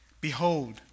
behold